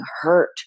hurt